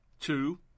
Two